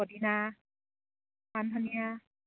পদিনা মানধনীয়া